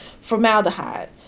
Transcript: formaldehyde